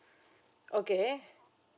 okay